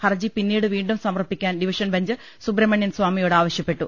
ഹർജി പിന്നീട് വീണ്ടും സമർപ്പിക്കാൻ ഡിവി ഷൻ ബെഞ്ച് സുബ്രഹ്മണ്യസാമിയോട് ആവശൃപ്പെട്ടു